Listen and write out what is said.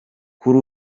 kuri